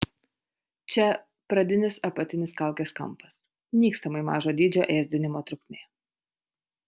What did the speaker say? čia pradinis apatinis kaukės kampas nykstamai mažo dydžio ėsdinimo trukmė